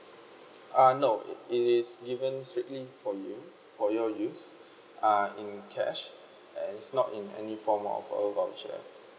uh no it is given straightly for you for your use uh in cash and is not in any form of a voucher